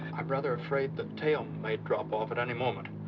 i'm rather afraid the tail may drop off at any moment.